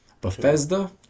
Bethesda